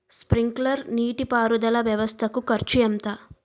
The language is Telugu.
స్ప్రింక్లర్ నీటిపారుదల వ్వవస్థ కు ఖర్చు ఎంత?